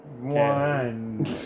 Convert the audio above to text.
One